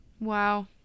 Wow